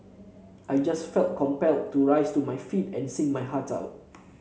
I just felt compelled to rise to my feet and sing my heart out